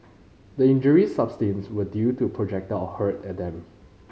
the injuries sustained were due to projectile hurled at them